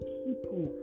people